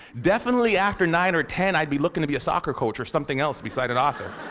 definitely after nine or ten i'd be looking to be a soccer coach or something else besides an author.